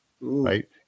right